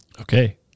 Okay